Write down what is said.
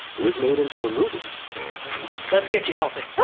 it was made into a movie let's get you healthy.